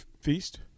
feast